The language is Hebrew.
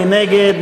מי נגד?